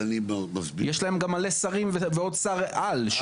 יש להם גם מלא שרים ועוד שר-על.